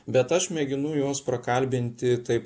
bet aš mėginu juos prakalbinti taip